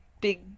big